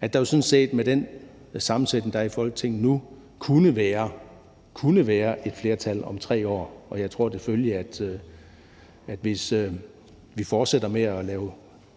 at der jo sådan set med den sammensætning, der er i Folketinget nu, kunne være et flertal om 3 år. Og jeg tror selvfølgelig, at hvis vi fortsætter med at lave